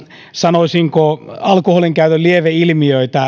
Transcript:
sanoisinko alkoholinkäytön lieveilmiöt